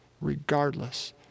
regardless